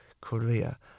Korea